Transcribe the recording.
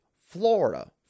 Florida